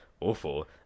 awful